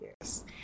Yes